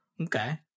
Okay